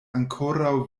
ankoraŭ